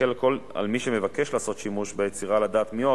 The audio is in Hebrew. ויקל על מי שמבקש לעשות שימוש ביצירה לדעת מיהו